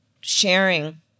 sharing